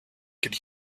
could